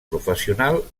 professional